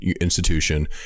institution